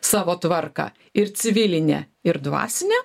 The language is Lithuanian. savo tvarką ir civilinę ir dvasinę